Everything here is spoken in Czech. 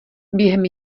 během